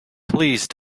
please